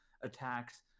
attacks